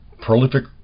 prolific